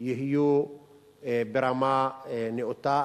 יהיו ברמה נאותה.